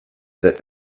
that